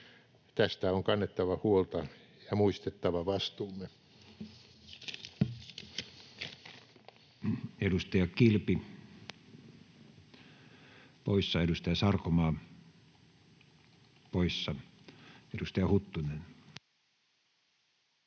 Tästä on kannettava huolta ja muistettava vastuumme. Edustaja Kilpi poissa, edustaja Sarkomaa poissa. — Edustaja Huttunen.